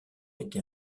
été